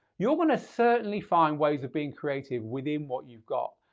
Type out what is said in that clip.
you're wanna certainly find ways of being creative within what you've got.